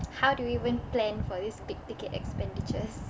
how do you even plan for this big ticket expenditures